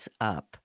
up